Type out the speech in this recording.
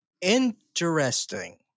Interesting